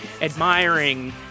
admiring